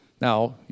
Now